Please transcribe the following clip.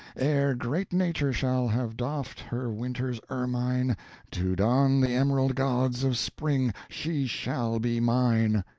ere great nature shall have doffed her winter's ermine to don the emerald gauds of spring, she shall be mine!